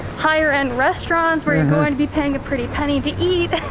higher-end restaurants where you're going to be paying a pretty penny to eat,